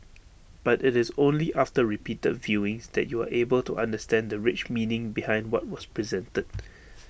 but IT is only after repeated viewings that you are able to understand the rich meaning behind what was presented